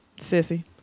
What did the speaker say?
sissy